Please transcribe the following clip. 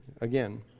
again